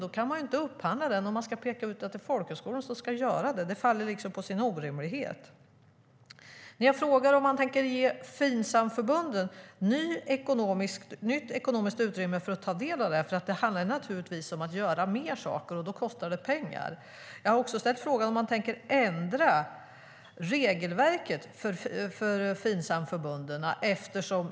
Då kan man inte upphandla den om man ska peka ut att det är folkhögskolor som ska göra det. Det faller liksom på sin orimlighet. Jag har då frågat om han tänker ge Finsamförbunden nytt ekonomiskt utrymme för att ta del av detta. Det handlar naturligtvis om att göra mer saker, och då kostar det pengar. Jag har också ställt frågan om han tänker ändra regelverket för Finsamförbunden.